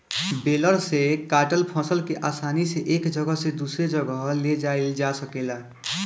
baler से काटल फसल के आसानी से एक जगह से दूसरे जगह ले जाइल जा सकेला